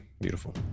beautiful